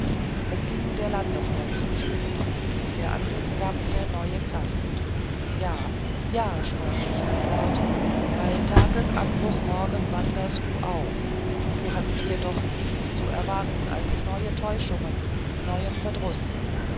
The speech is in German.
es ging der landesgrenze zu der anblick gab mir neue kraft ja ja sprach ich halblaut mit tagesanbruch morgen wanderst du auch du hast hier doch nichts zu erwarten als neue täuschungen neuen verdruß